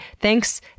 thanks